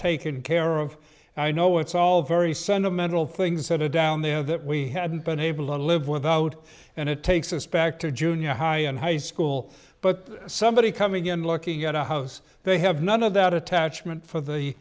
taken care of and i know it's all very sentimental things that are down there that we haven't been able to live without and it takes us back to junior high and high school but somebody coming in looking at a house they have none of that attachment for the